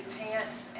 pants